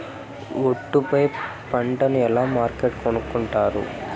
ఒట్టు పై పంటను ఎలా మార్కెట్ కొనుక్కొంటారు?